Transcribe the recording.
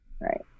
Right